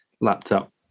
Laptop